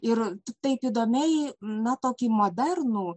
ir taip įdomiai na tokį modernų